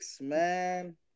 man